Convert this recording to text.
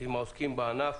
עם העוסקים בענף.